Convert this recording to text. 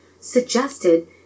suggested